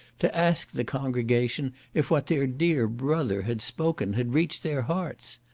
to ask the congregation if what their dear brother had spoken had reached their hearts?